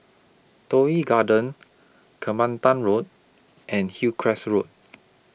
Toh Yi Garden Kelantan Road and Hillcrest Road